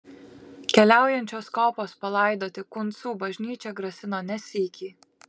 keliaujančios kopos palaidoti kuncų bažnyčią grasino ne sykį